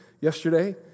yesterday